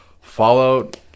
Fallout